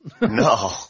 No